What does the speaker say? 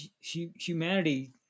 humanity